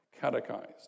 catechized